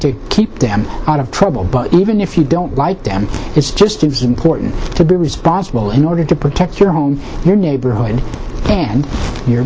to keep them out of trouble but even if you don't like them it's just it's important to be responsible in order to protect your home your neighborhood an